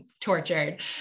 tortured